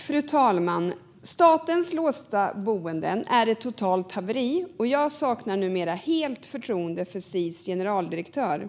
Fru talman! Statens låsta boenden är ett totalt haveri. Jag saknar numera helt förtroende för Sis generaldirektör,